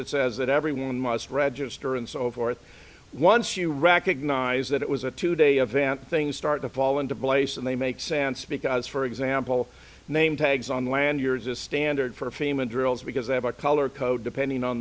that says that everyone must register and so forth once you recognize that it was a two day event things start to fall into place and they make sense because for example name tags on lanyards is standard for female drills because they have a color code depending on